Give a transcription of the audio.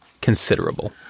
considerable